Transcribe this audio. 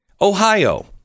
Ohio